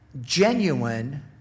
genuine